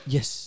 Yes